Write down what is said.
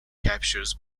captures